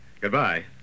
Goodbye